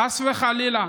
חס וחלילה,